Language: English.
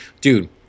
dude